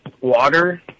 water